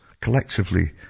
collectively